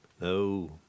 No